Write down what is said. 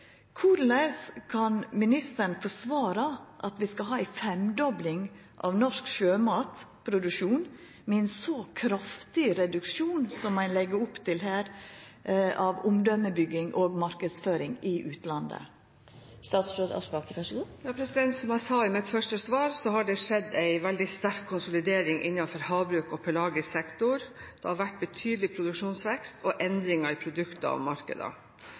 kan ministeren forsvara at vi skal ha ei femdobling av norsk sjømatproduksjon, med ein så kraftig reduksjon som ein legg opp til her når det gjeld omdømebygging og marknadsføring i utlandet? Som jeg sa i mitt første svar, har det skjedd en veldig sterk konsolidering innenfor havbruk og pelagisk sektor. Det har vært betydelig produksjonsvekst og endringer i produkter og